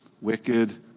wicked